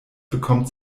bekommt